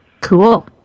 Cool